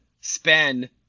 spend